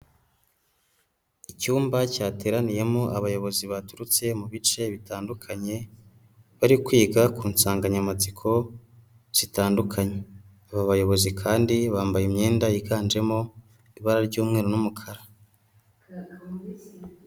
Icyumba cyateraniyemo abayobozi baturutse mu bice bitandukanye, bari kwiga ku nsanganyamatsiko zitandukanye. Aba bayobozi kandi bambaye imyenda yiganjemo ibara ry'umweru n'umukara.